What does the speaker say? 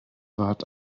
rat